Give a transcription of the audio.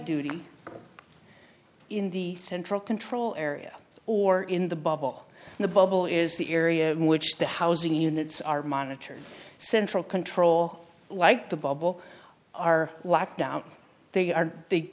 duty in the central control area or in the bubble the bubble is the area in which the housing units are monitored central control like the bubble are whacked out they are